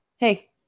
Hey